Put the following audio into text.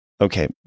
okay